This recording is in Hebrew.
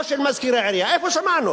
או של מזכיר העירייה, איפה שמענו?